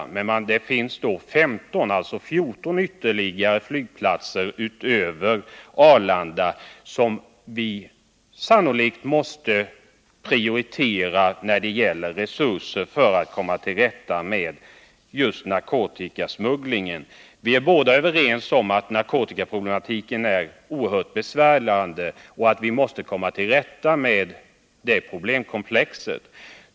Det finns alltså 14 flygplatser utöver Arlanda som vi måste prioritera när det gäller nödvändiga resurser för att komma till rätta med narkotikasmugglingen. Vi är överens om att narkotikaproblematiken är oerhört besvärande och att vi måste komma till rätta med den.